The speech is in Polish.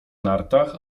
nartach